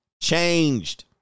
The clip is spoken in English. changed